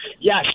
yes